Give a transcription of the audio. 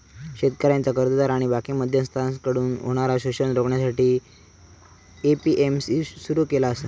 शेतकऱ्यांचा कर्जदार आणि बाकी मध्यस्थांकडसून होणारा शोषण रोखण्यासाठी ए.पी.एम.सी सुरू केलेला आसा